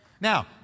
Now